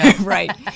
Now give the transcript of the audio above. Right